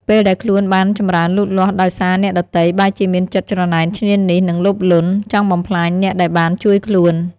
ពេលដែលខ្លួនបានចម្រើនលូតលាស់ដោយសារអ្នកដទៃ បែរជាមានចិត្តច្រណែនឈ្នានីស និងលោភលន់ ចង់បំផ្លាញអ្នកដែលបានជួយខ្លួន។